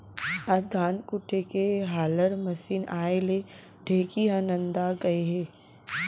आज धान कूटे के हालर मसीन आए ले ढेंकी ह नंदा गए हे